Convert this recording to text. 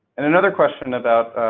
and another question about